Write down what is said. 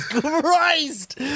Christ